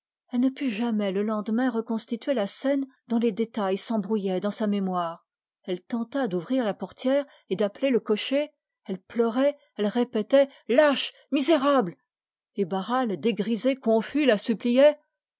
elle ne put jamais le lendemain reconstituer la scène dont les détails s'embrouillaient dans sa mémoire elle tenta d'ouvrir la portière elle pleurait elle répétait lâche misérable et barral la suppliait